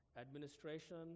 administration